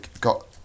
got